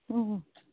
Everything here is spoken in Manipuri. ꯑꯥ